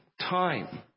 time